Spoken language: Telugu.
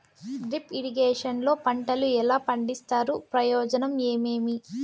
డ్రిప్ ఇరిగేషన్ లో పంటలు ఎలా పండిస్తారు ప్రయోజనం ఏమేమి?